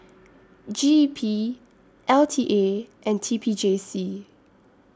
G E P L T A and T P J C